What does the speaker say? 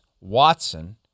Watson